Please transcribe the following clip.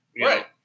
Right